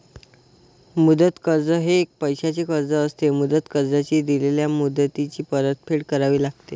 मुदत कर्ज हे एक पैशाचे कर्ज असते, मुदत कर्जाची दिलेल्या मुदतीत परतफेड करावी लागते